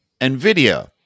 NVIDIA